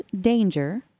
danger